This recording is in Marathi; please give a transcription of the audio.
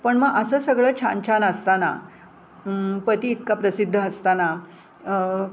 पण मग असं सगळं छान छान असताना पती इतका प्रसिद्ध असताना